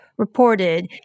Reported